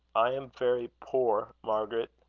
i am very poor, margaret.